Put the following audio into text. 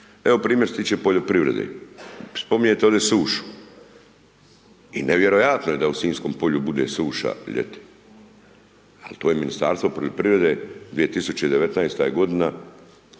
Evo primjer što se tiče poljoprivrede. Spominjete ovdje sušu i nevjerojatno je da u Sinjskom polju bude suša ljeti, al to je Ministarstvo poljoprivrede, 2019.-ta